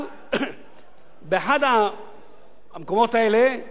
באחד המקומות האלה, באחת הערים, בלונדון,